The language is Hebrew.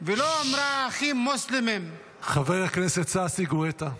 ולא אמרה: האחים המוסלמים -- חבר הכנסת ששי גואטה.